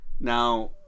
Now